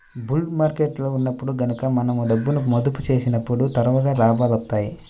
bull మార్కెట్టులో ఉన్నప్పుడు గనక మనం డబ్బును మదుపు చేసినప్పుడు త్వరగా లాభాలొత్తాయి